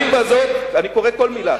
אני קורא כל מלה.